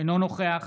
אינו נוכח